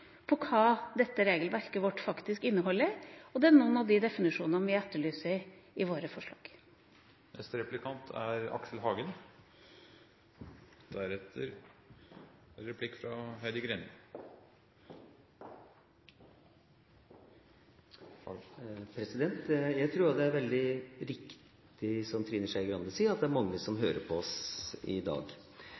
på hva dette regelverket vårt faktisk inneholder, og det er noen av de definisjonene vi etterlyser i våre forslag. Jeg tror også det er veldig riktig som Trine Skei Grande sier, at det er mange som hører på oss i dag.